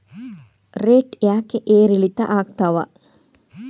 Rate ಯಾಕೆ ಏರಿಳಿತ ಆಗ್ತಾವ?